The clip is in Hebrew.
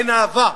אין אהבה,